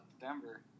Denver